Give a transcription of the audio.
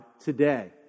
today